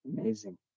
Amazing